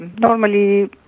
normally